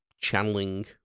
channeling